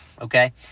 Okay